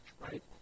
right